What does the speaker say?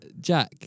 Jack